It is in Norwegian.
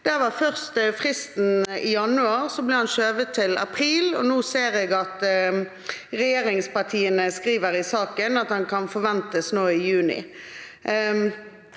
i januar, så ble den skjøvet til april, og nå ser jeg at regjeringspartiene skriver i en merknad at den kan forventes nå i juni.